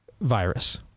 virus